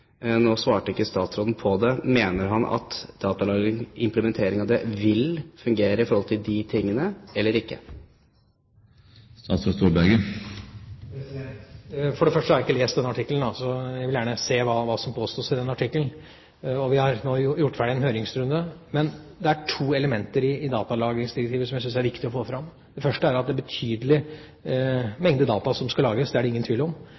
Nå svarte ikke statsråden på det. Mener han at implementering av datalagringsdirektivet vil fungere når det gjelder disse tingene, eller ikke? For det første har jeg ikke lest artikkelen, så jeg vil gjerne se hva som påstås i den. Vi har nå gjort ferdig en høringsrunde, og det er to elementer i datalagringsdirektivet som jeg syns det er viktig å få fram. Det første er at det er en betydelig mengde data som skal lagres – det er det ikke tvil om – og som folk fortsatt vil benytte seg av, selv om